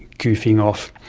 goofing off,